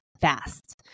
fast